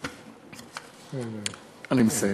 אני מסיים.